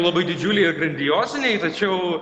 labai didžiuliai ir grandioziniai tačiau